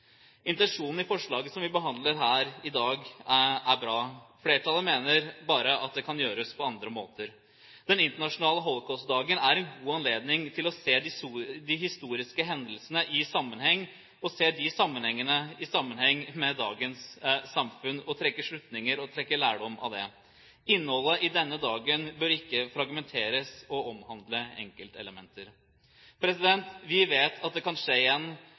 Intensjonen i forslaget som vi behandler her i dag, er bra. Flertallet mener bare at det kan gjøres på andre måter. Den internasjonale holocaustdagen er en god anledning til å se de historiske hendelsene i sammenheng med dagens samfunn og trekke slutninger og lærdom av det. Innholdet i denne dagen bør ikke fragmenteres og omhandle enkeltelementer. Vi vet at «det kan skje igjen»,